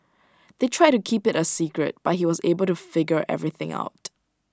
they tried to keep IT A secret but he was able to figure everything out